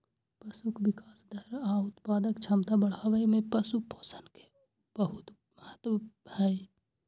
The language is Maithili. पशुक विकास दर आ उत्पादक क्षमता बढ़ाबै मे पशु पोषण के बहुत महत्व छै